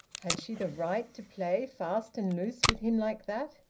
had she the right to play fast and loose with him like that?